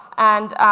and